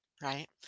Right